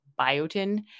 biotin